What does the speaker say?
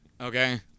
Okay